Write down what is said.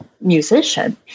musician